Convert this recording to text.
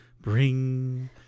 bring